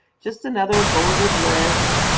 just another bulleted list.